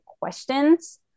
questions